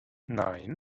nein